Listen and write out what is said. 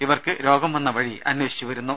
ഇവർക്ക് രോഗം വന്ന വഴി അന്വേഷിച്ചു വരുന്നു